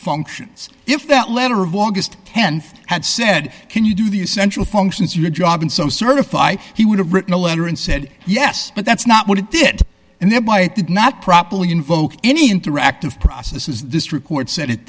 functions if that letter of august th had said can you do the essential functions your job in some certify he would have written a letter and said yes but that's not what it did and thereby did not properly invoke any interactive process is this record s